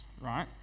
right